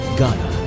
Ghana